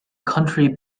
country